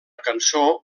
cançó